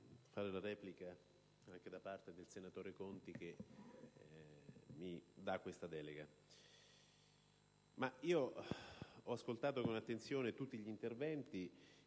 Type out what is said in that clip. parola in replica anche a nome del senatore Conti, che mi dà questa delega. Ho ascoltato con attenzione tutti gli interventi